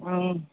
ம்